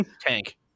tank